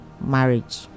marriage